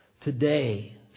today